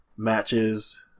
Matches